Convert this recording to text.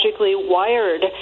wired